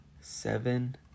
seven